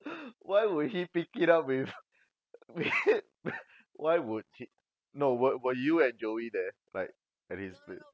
why would he pick it up with with why would he no were were you and joey there like at his place